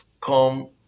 come